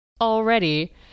already